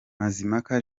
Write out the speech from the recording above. mazimpaka